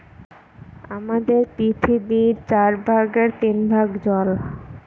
আমাদের পৃথিবীর চার ভাগের তিন ভাগ জল